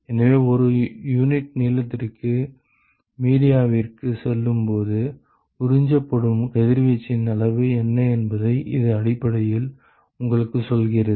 எனவே ஒரு யூனிட் நீளத்திற்கு மீடியாவிற்குச் செல்லும்போது உறிஞ்சப்படும் கதிர்வீச்சின் அளவு என்ன என்பதை இது அடிப்படையில் உங்களுக்குச் சொல்கிறது